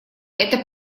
эта